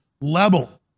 level